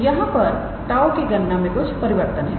तोयहां पर 𝜁 की गणना में कुछ परिवर्तन है